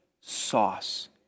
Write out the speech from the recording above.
sauce